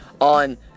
on